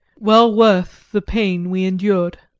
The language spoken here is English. well worth the pain we endured.